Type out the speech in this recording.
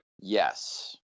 Yes